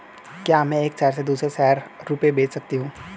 क्या मैं एक शहर से दूसरे शहर रुपये भेज सकती हूँ?